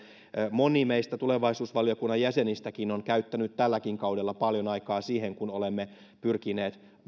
moni meistä tulevaisuusvaliokunnan jäsenistäkin on käyttänyt tälläkin kaudella paljon aikaa siihen kun olemme pyrkineet